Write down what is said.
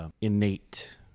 innate